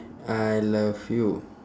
I love you